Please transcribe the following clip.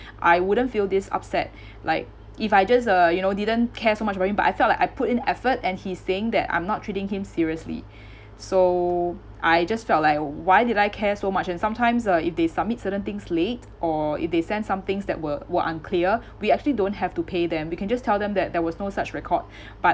I wouldn't feel this upset like if I just uh you know didn't care so much about him but I felt like I put in effort and he is saying that I'm not treating him seriously so I just felt like wh~ why did I care so much and sometimes uh if they submit certain things late or if they send some things that were were unclear we actually don't have to pay them we can just tell them that there was no such record but